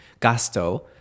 gasto